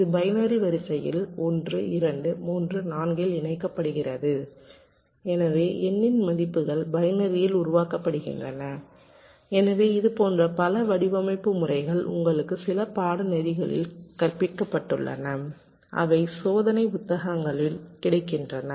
இது பைனரி வரிசையில் 1 2 3 4 இல் கணக்கிடப்படுகிறது எனவே எண்ணின் மதிப்புகள் பைனரியில் உருவாக்கப்படுகின்றன எனவே இதுபோன்ற பல வடிவமைப்பு முறைகள் உங்களுக்கு சில பாடநெறிகளில் கற்பிக்கப்பட்டுள்ளன அவை சோதனை புத்தகங்களில் கிடைக்கின்றன